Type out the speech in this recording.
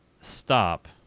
Stop